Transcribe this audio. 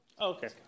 Okay